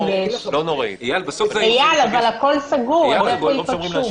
אבל הכול סגור, אז איפה ייפגשו?